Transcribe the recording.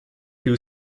two